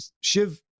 Shiv